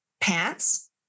pants